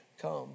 come